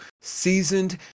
seasoned